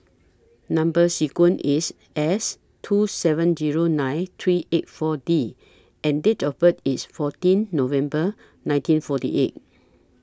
Number sequence IS S two seven Zero nine three eight four D and Date of birth IS fourteen November nineteen forty eight